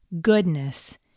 goodness